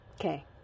Okay